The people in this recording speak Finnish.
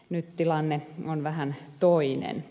nyt tilanne on vähän toinen